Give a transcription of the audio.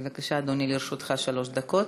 בבקשה, אדוני, לרשותך שלוש דקות.